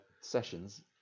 Sessions